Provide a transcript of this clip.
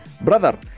Brother